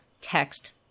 text